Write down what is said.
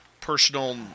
personal